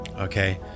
okay